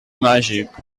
màgic